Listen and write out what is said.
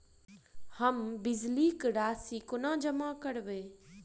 हम बिजली कऽ राशि कोना जमा करबै?